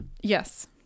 Yes